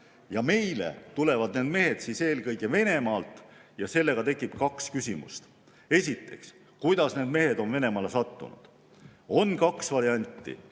Ja meile tulevad need mehed eelkõige Venemaalt. Sellega tekib kaks küsimust. Esiteks, kuidas need mehed on Venemaale sattunud? On kaks varianti.